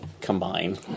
combine